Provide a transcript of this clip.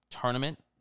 tournament